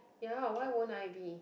ya why won't I be